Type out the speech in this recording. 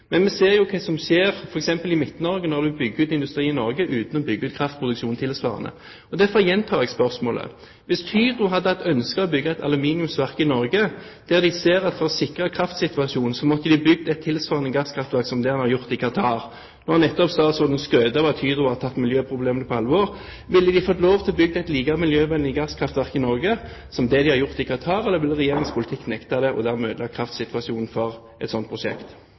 Vi ser hva som skjer f.eks. i Midt-Norge, når en bygger ut industri i Norge uten å bygge ut kraftproduksjonen tilsvarende. Derfor gjentar jeg spørsmålet: Hvis Hydro hadde hatt ønske om å bygge et aluminiumsverk i Norge, der de ser at for å sikre kraftsituasjonen måtte de ha bygd et tilsvarende gasskraftverk som det en har gjort i Qatar – nå har nettopp statsråden skrytt av at Hydro har tatt miljøproblemene på alvor – ville de fått lov til å bygge et like miljøvennlig gasskraftverk i Norge som i Qatar? Eller ville Regjeringen med sin politikk nektet det og dermed ødelagt kraftsituasjonen for et slikt prosjekt?